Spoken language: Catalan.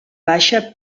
baixa